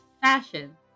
fashion